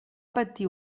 patir